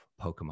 Pokemon